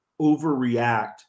overreact